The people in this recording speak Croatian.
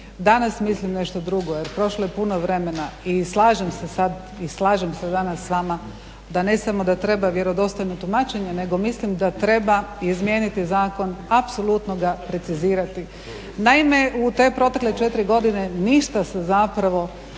danas mislim nešto drugo, jer prošlo je puno vremena, i slažem se sad, i slažem se danas s vama da ne samo da treba vjerodostojno tumačenje nego mislim da treba izmijeniti zakon apsolutno ga precizirati. Naime u te protekle četiri godine ništa se zapravo